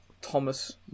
Thomas